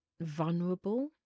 vulnerable